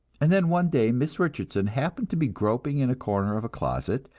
and then one day miss richardson happened to be groping in a corner of a closet,